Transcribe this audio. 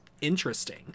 interesting